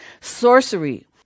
sorcery